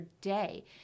day